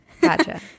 Gotcha